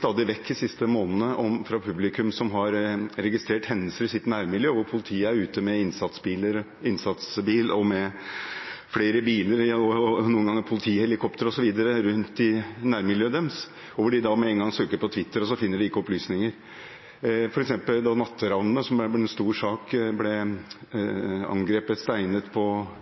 stadig vekk de siste månedene fra publikum som har registrert hendelser i sitt nærmiljø, der politiet er ute med innsatsbil og flere biler og noen ganger med politihelikopter. Når de da med en gang søker på Twitter, finner de ikke noen opplysninger. Da f.eks. natteravnene ble angrepet med steiner for vel en uke siden på Vestli – noe som er blitt en stor sak – sto det visstnok ikke noe på politiets Twitter-tjeneste om dette. Er statsråden på